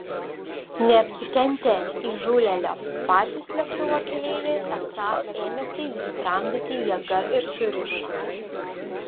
neapsikentę įžūlėlio patys lėktuvo keleiviai esą ėmėsi jį tramdyti jėga ir surišo